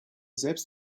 selbst